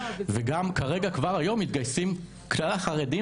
וגם כרגע כבר היום מתגייסים כלל החרדים